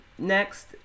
Next